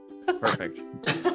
perfect